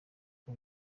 uko